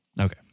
Okay